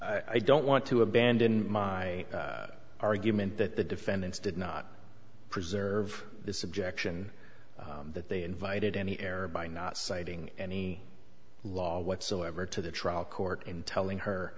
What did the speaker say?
works i don't want to abandon my argument that the defendants did not preserve this objection that they invited any error by not citing any law whatsoever to the trial court in telling her